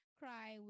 cry